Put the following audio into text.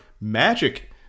magic